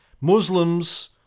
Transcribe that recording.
Muslims